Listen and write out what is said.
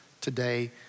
today